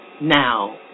now